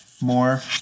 more